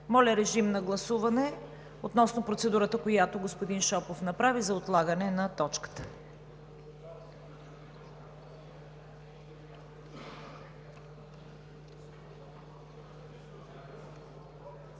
Моля, режим на гласуване относно процедурата, която господин Шопов направи, за отлагане на точката.